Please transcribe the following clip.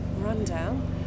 rundown